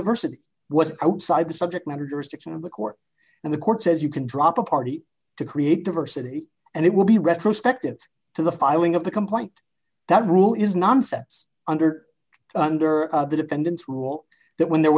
diversity was outside the subject matter jurisdiction of the court and the court says you can drop a party to create diversity and it would be retrospective to the filing of the complaint that rule is nonsense under under the defendant's rule that when there